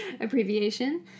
abbreviation